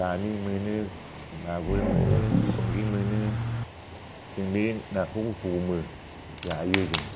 बामि मोनो मागुर मोनो सिंगि मोनो जों बे नाखौ हमो जायो जों